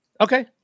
Okay